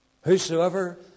Whosoever